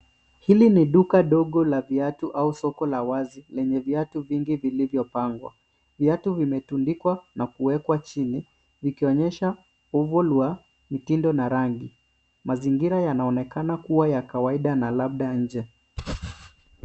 Hili ni duka dogo la viatu au soko la wazi lenye viatu vingi vilivyopangwa . Viatu vimetundikwa na kuwekwa chini , ikionyesha urval urval wa mitindo na rangi. Mazingira yanaonekana kuwa ya kawaida na labda nje.